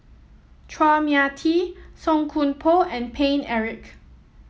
Chua Mia Tee Song Koon Poh and Paine Eric